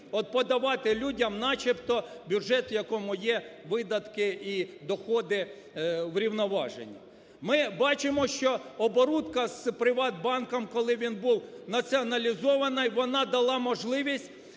от подавати людям начебто бюджет, в якому є видатки і доходи врівноважені. Ми бачимо, що оборудка з "ПриватБанком", коли він був націоналізований, вона дала можливість